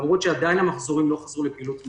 למרות שהמחזורים עדיין לא חזרו לפעילות מלאה,